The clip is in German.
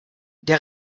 der